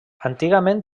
antigament